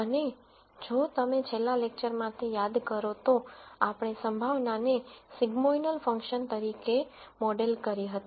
અને જો તમે છેલ્લા લેક્ચરમાંથી યાદ કરો તો આપણે પ્રોબેબિલિટીને સિગ્મોઇડલ ફંક્શન તરીકે મોડેલ કરી હતી